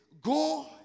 go